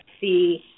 see